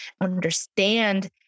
understand